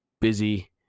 busy